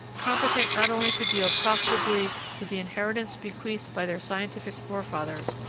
competent not only to deal profitably with the inheritance bequeathed by their scientific forefathers,